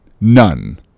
none